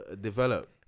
develop